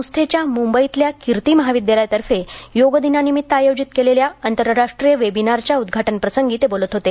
संस्थेच्या मुंबईतल्या कीर्ती महाविद्यालयातर्फे योग दिनानिमित्त आयोजित केलेल्या आंतरराष्ट्रीय वेबिनारच्या उद्घाटनप्रसंगी ते बोलत होते